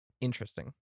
interesting